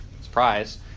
Surprise